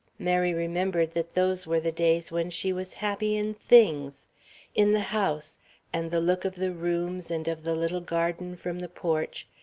mary remembered that those were the days when she was happy in things in the house and the look of the rooms and of the little garden from the porch,